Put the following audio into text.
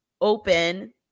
open